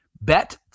bet